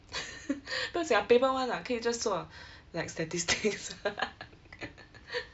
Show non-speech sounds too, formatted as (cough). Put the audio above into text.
(breath) 不用经啦 paper one lah 可以 just 做啦 (breath) like statistics (laughs) (noise) (breath)